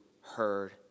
heard